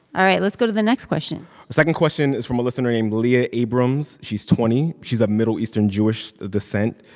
all right. let's go to the next question the second question is from a listener named leah abrams. she's twenty. she's of middle eastern jewish descent.